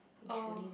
oh